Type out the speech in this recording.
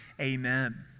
amen